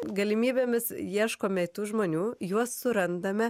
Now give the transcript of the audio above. galimybėmis ieškome tų žmonių juos surandame